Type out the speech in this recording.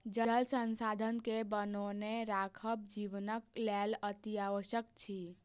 जल संसाधन के बनौने राखब जीवनक लेल अतिआवश्यक अछि